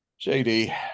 JD